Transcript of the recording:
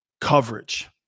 coverage